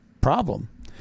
problem